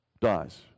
dies